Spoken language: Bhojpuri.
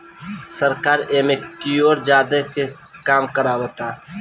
सरकार एने कियोर ज्यादे काम करावता